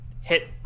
hit